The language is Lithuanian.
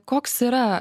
koks yra